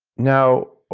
now,